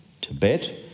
Tibet